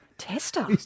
Tester